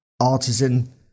artisan